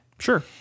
Sure